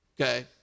Okay